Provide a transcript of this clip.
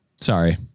Sorry